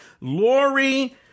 Lori